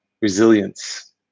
resilience